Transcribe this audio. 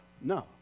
No